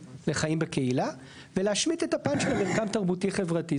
בקהילה ולהשמיט את הפרק של המרקם תרבותי חברתי.